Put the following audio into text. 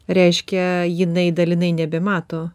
reiškia jinai dalinai nebemato